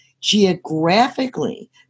geographically